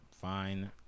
Fine